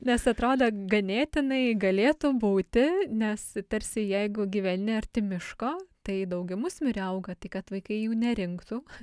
nes atrodo ganėtinai galėtų būti nes tarsi jeigu gyveni arti miško tai daug gi musmirių auga tik kad vaikai jų nerinktų